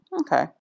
Okay